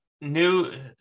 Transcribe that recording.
new